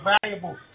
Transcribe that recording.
valuable